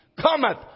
cometh